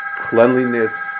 cleanliness